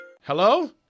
Hello